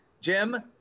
jim